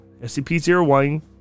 SCP-01